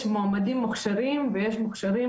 יש מועמדים מוכשרים ויש אנשים מוכשרים